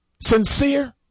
sincere